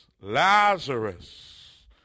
Lazarus